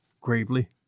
gravely